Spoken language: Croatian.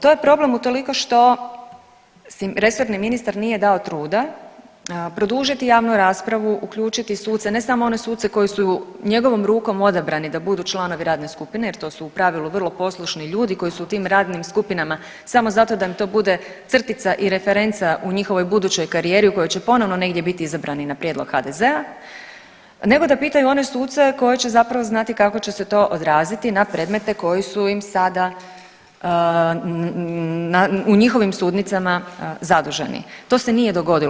To je problem utoliko što si resorni ministar nije dao truda produžiti javnu raspravu, uključiti suce, ne samo one suce koji su njegovom rukom odabrani da budu članovi radne skupine jer to su u pravilu vrlo poslušni ljudi koji su u tim radnim skupinama samo zato da im to bude crtica i referenca u njihovoj budućoj karijeri u kojoj će ponovno negdje biti izabrani na prijedlog HDZ-a nego da pitaju one suce koji će zapravo znati kako će se to odraziti na predmete koji su im sada u njihovim sudnicama zaduženi, to se nije dogodilo.